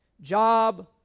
job